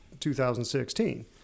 2016